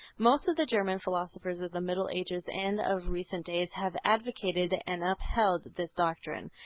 most of the german philosophers of the middle ages and of recent days have advocated and upheld this doctrine.